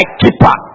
keeper